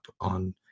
on